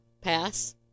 pass